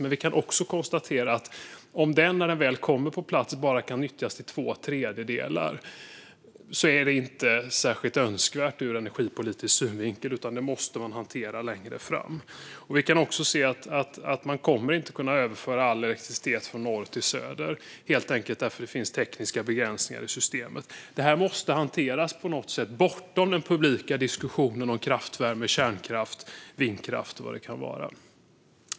Men vi kan också konstatera att om den, när den väl kommer på plats, bara kan nyttjas till två tredjedelar är det inte särskilt önskvärt ur energipolitisk synvinkel, utan det måste man hantera längre fram. Vi kan också se att man inte kommer att kunna överföra all elektricitet från norr till söder, helt enkelt därför att det finns tekniska begränsningar i systemen. Det här måste hanteras på något sätt, bortom den publika diskussionen om kraftvärme, kärnkraft, vindkraft och vad det kan vara.